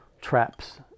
traps